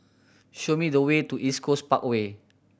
show me the way to East Coast Parkway